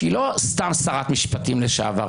שהיא לא סתם שרת משפטים לשעבר,